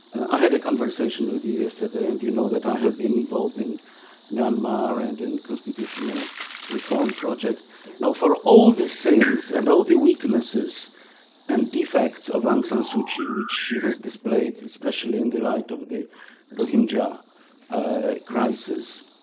i had a conversation with you yesterday. and you know that i have been involved in myanmar and in constitutional reform projects. now, for all the sins and all the weaknesses and defects of aung sun suu kyi, which she has displayed, especially in the light of the rohingya crisis,